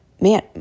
man